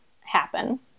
happen